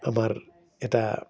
আমাৰ এটা